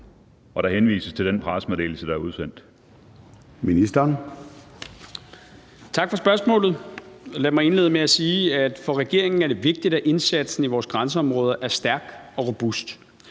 Der henvises til den pressemeddelelse, der er udsendt.